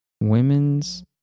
Women's